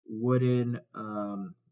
wooden